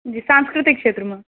जी सांस्कृतिक क्षेत्रमे